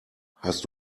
hast